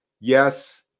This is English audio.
Yes